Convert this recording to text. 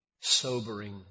sobering